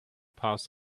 past